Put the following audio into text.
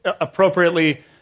appropriately